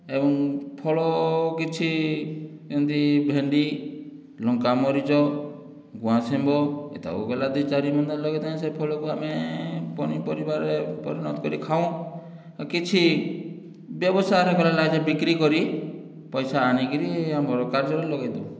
ଏବଂ ଫଳ କିଛି ଏମିତି ଭେଣ୍ଡି ଲଙ୍କା ମରିଚ ଗୁଆଁସିମ୍ବ ଏତାକୁ ଗଲା ଦୁଇ ଚାରି ବୁନ୍ଦା ଲଗାଇଥାଏ ସେ ଫଳକୁ ଆମେ ପନିପରିବାରେ ପରିଣତ କରିକି ଖାଉଁ କିଛି ବ୍ୟବସାୟରେ ଫେରେ ଲାଗେ ବିକ୍ରି କରି ପଇସା ଆଣିକରି ଆମର କାର୍ଯ୍ୟରେ ଲଗାଇଦେଉ